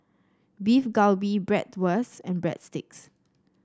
Beef Galbi Bratwurst and Breadsticks